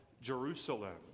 Jerusalem